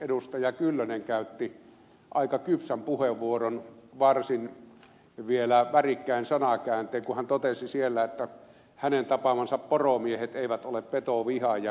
kyllönen käytti aika kypsän puheenvuoron vieläpä varsin värikkäin sanakääntein kun hän totesi että hänen tapaamansa poromiehet eivät ole petovihaajia niin voin ed